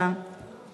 והגירושין